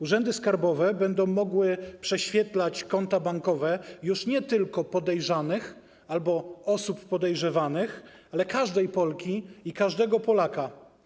Urzędy skarbowe będą mogły prześwietlać konta bankowe już nie tylko podejrzanych albo osób podejrzewanych, ale każdej Polki i każdego Polaka.